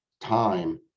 time